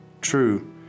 True